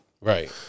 Right